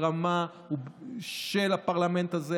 ברמה של הפרלמנט הזה,